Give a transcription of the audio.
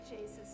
Jesus